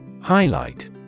Highlight